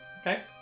Okay